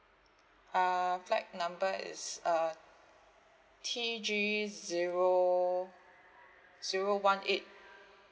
um flight number is uh T G zero zero one eight